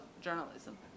journalism